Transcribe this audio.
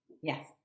Yes